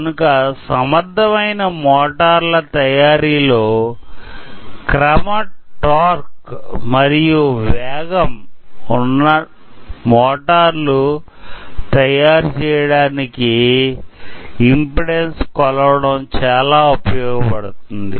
కనుక సమర్ధమయిన మోటార్లు తయారీలో క్రమ టోర్క్ మరియు వేగం ఉన్న మోటార్లు తయారు చేయడానికి ఇమ్పెడాన్సు కొలవడం చాలా ఉపయోగపడుతుంది